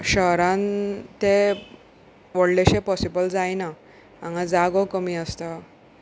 शहरान ते व्हडलेशें पॉसिबल जायना हांगा जागो कमी आसता